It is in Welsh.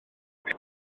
piano